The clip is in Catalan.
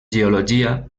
geologia